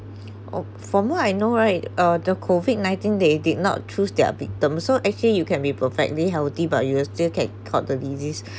oh for where I know right uh the COVID nineteen they did not choose their victims so actually you can be perfectly healthy but you can still get caught the disease